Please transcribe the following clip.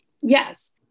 Yes